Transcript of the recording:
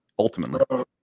Ultimately